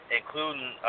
including